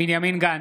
בנימין גנץ,